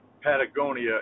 Patagonia